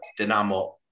Dinamo